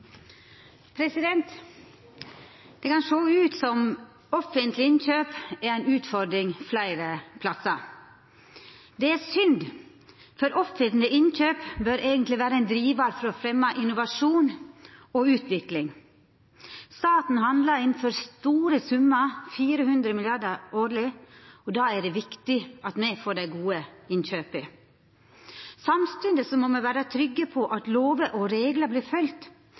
utfordring fleire stader. Det er synd, for offentlege innkjøp bør eigentleg vera ein drivar for å fremja innovasjon og utvikling. Staten handlar inn for store summar, 400 mrd. kr årleg, og då er det viktig at me får dei gode innkjøpa. Samstundes må me vera trygge på at lover og reglar